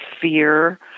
fear